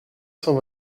cent